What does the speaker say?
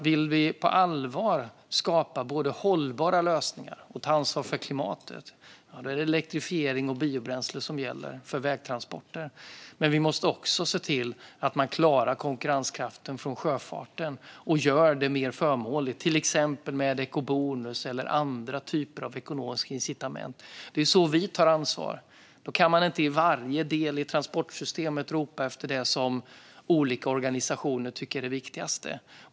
Vill vi på allvar skapa hållbara lösningar och ta ansvar för klimatet är det elektrifiering och biobränslen som gäller för vägtransporter. Men vi måste också se till att man klarar konkurrenskraften för sjöfarten och gör det mer förmånligt till exempel med ekobonus eller andra typer av ekonomiska incitament. Det är så vi tar ansvar. Då kan man inte i varje del i transportsystemet ropa efter det som olika organisationer tycker är det viktigaste.